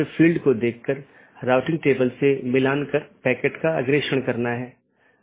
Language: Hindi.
इसलिए आज हम BGP प्रोटोकॉल की मूल विशेषताओं पर चर्चा करेंगे